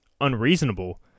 unreasonable